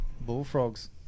bullfrogs